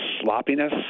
sloppiness